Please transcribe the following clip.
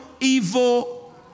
evil